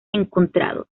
encontrado